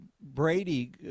brady